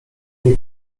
nie